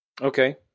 Okay